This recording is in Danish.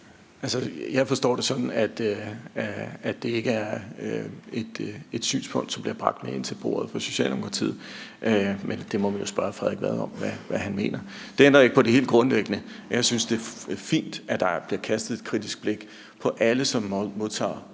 Jeg forstår det sådan, at det ikke er et synspunkt, som bliver bragt med ind til bordet hos Socialdemokratiet, men vi jo spørge Frederik Vad om, hvad han mener. Det ændrer ikke på det helt grundlæggende. Jeg synes, det er fint, at der bliver kastet et kritisk blik på alle, som modtager offentlige